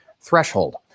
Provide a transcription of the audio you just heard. threshold